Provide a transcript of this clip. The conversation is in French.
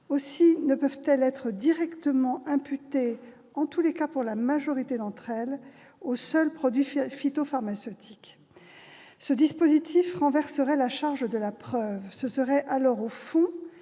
Aussi ne peuvent-elles être directement imputées, en tous les cas pour la majorité d'entre elles, aux seuls produits phytopharmaceutiques. Ce dispositif renverserait la charge de la preuve. Ce serait alors au fonds